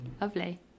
lovely